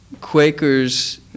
Quakers